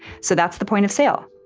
so that's the point of sale.